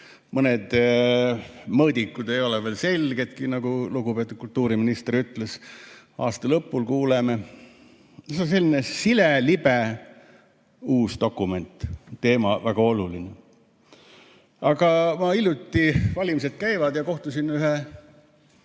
Mõned mõõdikud ei ole veel selgedki, nagu lugupeetud kultuuriminister ütles, aasta lõpul kuuleme. See on selline sile, libe uus dokument. Teema on väga oluline. Ma hiljuti – valimised käivad – kohtusin ühe